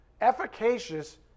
Efficacious